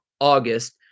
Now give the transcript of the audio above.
August